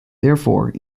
therefore